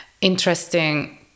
interesting